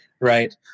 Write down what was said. Right